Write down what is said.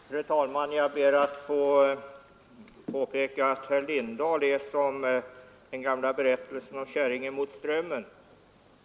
Fru talman! Herr Lindahl påminner om käringen mot strömmen i den gamla berättelsen.